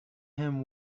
him